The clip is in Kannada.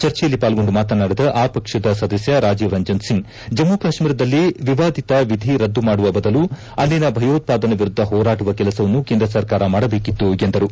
ಚರ್ಚೆಯಲ್ಲಿ ಪಾಲ್ಗೊಂಡು ಮಾತನಾಡಿದ ಆ ಪಕ್ಷದ ಸದಸ್ತ ರಾಜೀವ್ ರಂಜನ್ ಸಿಂಗ್ ಜಮ್ಮ ಕಾಶ್ಮೀರದಲ್ಲಿ ವಿವಾದಿತ ವಿಧಿ ರದ್ದುಮಾಡುವ ಬದಲು ಅಲ್ಲಿನ ಭಯೋತ್ಪಾದನೆ ವಿರುದ್ದ ಹೋರಾಡುವ ಕೆಲಸವನ್ನು ಕೇಂದ್ರ ಸರ್ಕಾರ ಮಾಡಬೇಕಾಗಿತ್ತು ಎಂದರು